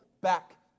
back